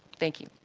thank you.